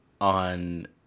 on